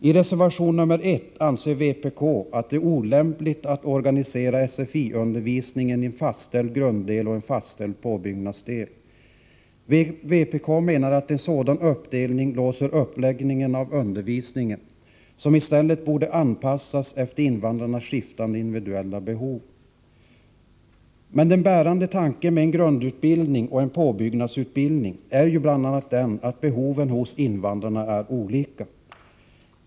I reservation 1 anser vpk att det är olämpligt att organisera SFI undervisningen i en fastställd grunddel och en fastställd påbyggnadsdel. Vpk menar att en sådan uppdelning låser uppläggningen av undervisningen, som i stället borde anpassas efter invandrarnas skiftande individuella behov. Men den bärande tanken med en grundutbildning och en påbyggnadsutbildning är ju bl.a. att behoven hos invandrarna är olika.